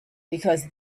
because